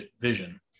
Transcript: Vision